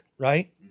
right